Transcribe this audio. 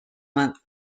month